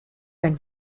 ein